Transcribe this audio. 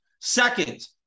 Second